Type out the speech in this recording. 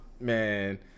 man